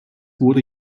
wurde